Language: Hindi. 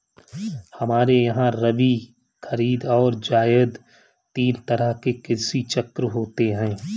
हमारे यहां रबी, खरीद और जायद तीन तरह के कृषि चक्र होते हैं